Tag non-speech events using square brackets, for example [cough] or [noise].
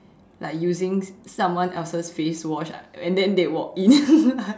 like using someone else's face wash and then they walk in [laughs]